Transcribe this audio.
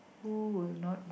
who will not